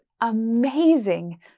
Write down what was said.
amazing